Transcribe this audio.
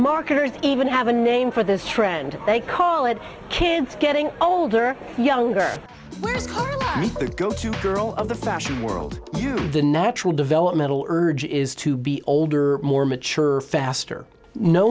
marketers even have a name for this trend they call it kids getting older younger first go to girl of the fashion world the natural developmental urge is to be older more mature faster no